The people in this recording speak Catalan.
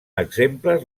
exemples